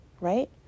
right